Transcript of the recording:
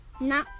No